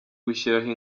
gushyiraho